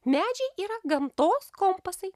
medžiai yra gamtos kompasai